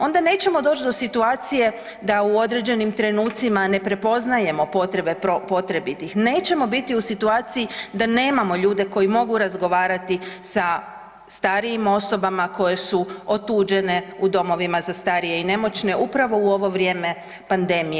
Onda nećemo doći do situacije da u određenim trenucima ne prepoznajemo potrebe potrebitih, nećemo biti u situaciji da nemamo ljude koji mogu razgovarati sa starijim osobama koje su otuđene u domovima za starije i nemoćne upravo u ovo vrijeme pandemije.